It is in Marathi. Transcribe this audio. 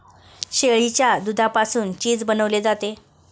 शेळीच्या दुधापासून चीज बनवले जाते